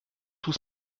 tout